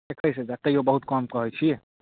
एकैस हजार तैओ बहुत कम कहै छिए